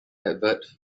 advert